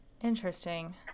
Interesting